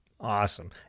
Awesome